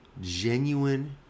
genuine